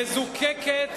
מזוקקת,